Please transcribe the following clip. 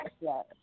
yes